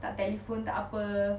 tak telephone tak apa